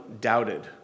doubted